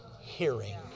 hearing